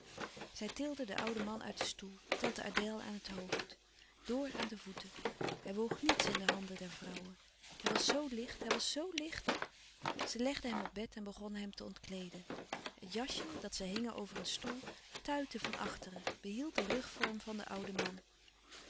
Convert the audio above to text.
zij tilden den ouden man uit den stoel tante adèle aan het hoofd door aan de voeten hij woog niets in de handen der vrouwen hij was zoo licht hij was zoo licht zij legden hem op bed en begonnen hem te ontkleeden het jasje dat zij hingen over een stoel tuitte van achteren behield den rugvorm van den ouden man